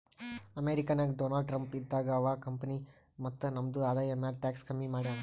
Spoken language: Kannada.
ಅಮೆರಿಕಾ ನಾಗ್ ಡೊನಾಲ್ಡ್ ಟ್ರಂಪ್ ಇದ್ದಾಗ ಅವಾ ಕಂಪನಿ ಮತ್ತ ನಮ್ದು ಆದಾಯ ಮ್ಯಾಲ ಟ್ಯಾಕ್ಸ್ ಕಮ್ಮಿ ಮಾಡ್ಯಾನ್